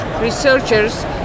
researchers